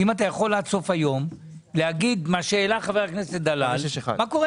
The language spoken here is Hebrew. זאת אומרת, לזוגות צעירים תן